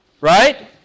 Right